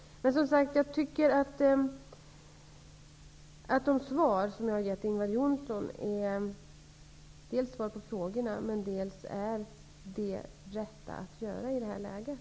Jag tycker att de svar jag har givit Ingvar Johnsson verkligen är svar på frågorna. De visar också vad som är rätt att göra i det här läget.